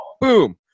boom